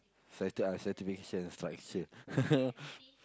sati~ ah satisfaction stucture